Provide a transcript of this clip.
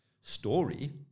story